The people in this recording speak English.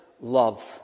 love